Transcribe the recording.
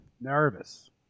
Nervous